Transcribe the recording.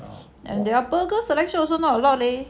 and their burger selection are also not a lot leh